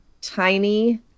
tiny